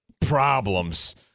problems